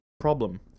problem